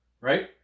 right